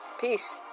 peace